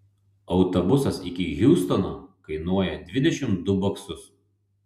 autobusas iki hjustono kainuoja dvidešimt du baksus